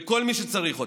לכל מי שצריך אותם.